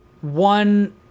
one